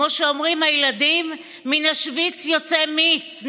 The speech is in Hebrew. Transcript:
כמו שאומרים הילדים, "מן השוויץ יוצא מיץ".